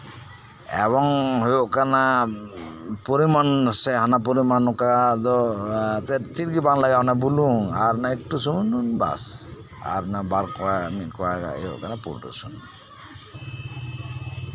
ᱮᱵᱚᱝ ᱦᱩᱭᱩᱜ ᱠᱟᱱᱟ ᱯᱚᱨᱤᱢᱟᱱ ᱦᱟᱱᱟ ᱯᱚᱨᱤᱢᱟᱱ ᱪᱮᱫ ᱜᱮ ᱵᱟᱝ ᱞᱟᱜᱟᱜᱼᱟ ᱚᱱᱟ ᱵᱩᱞᱩᱝ ᱮᱠᱴᱩ ᱥᱩᱱᱩᱢ ᱟᱨ ᱵᱟᱨ ᱠᱳᱣᱟ ᱢᱤᱫ ᱠᱚᱣᱟ ᱜᱟᱱ ᱨᱚᱥᱩᱱ